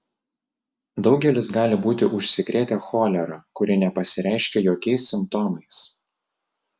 daugelis gali būti užsikrėtę cholera kuri nepasireiškia jokiais simptomais